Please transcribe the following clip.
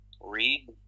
read